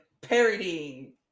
parodying